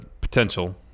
potential